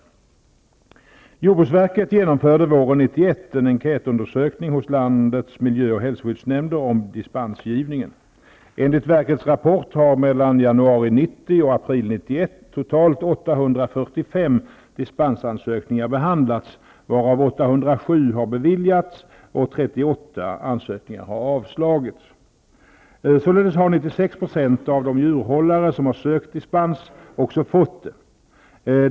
Jordbruksverket genomförde våren 1991 en enkätundersökning hos landets miljö och hälsoskyddsnämnder om dispensgivningen. Enligt verkets rapport har mellan januari 1990 och april 1991 totalt 845 dispensansökningar behandlats, varav 807 har beviljats dispens och 38 ansökningar har avslagits. Således har 96 % av de djurhållare som har sökt dispens också fått det.